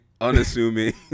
unassuming